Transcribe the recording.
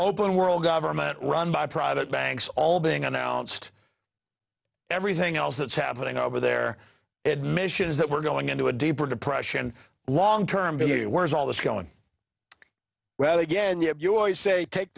open world government run by private banks all being announced everything else that's happening over there admission is that we're going into a deeper depression long term here where's all this going well again you have you always